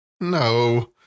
no